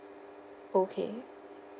okay